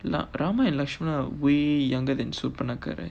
ram and lakshmana are way younger than surpanaka right